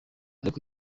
ariko